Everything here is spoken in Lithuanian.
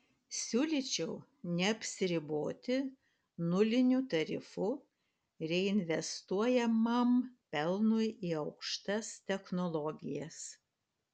siūlyčiau neapsiriboti nuliniu tarifu reinvestuojamam pelnui į aukštas technologijas